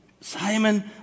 Simon